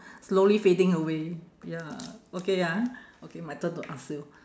slowly fading away ya okay ya okay my turn to ask you